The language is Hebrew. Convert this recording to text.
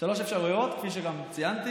שלוש אפשרויות, כפי שגם ציינתי: